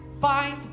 find